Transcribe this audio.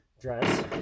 Dress